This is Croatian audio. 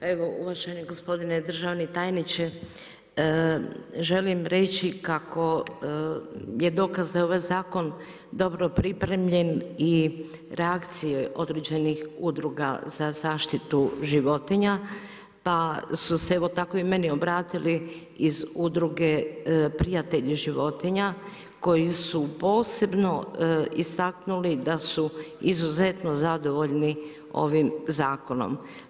Evo uvaženi gospodine državni tajniče, želim reći kako je dokaz da ovaj zakon dobro pripremljen i reakcije određenih udruga za zaštitu životinja, pa su se evo tako i meni obratili iz udruge prijatelj životinja, koji su posebno istaknuli da su izuzetno zadovoljni ovim zakonom.